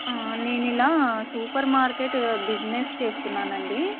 నేను ఇలా supermarket business చేస్తున్నాను అండి